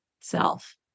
self